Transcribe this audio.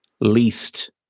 least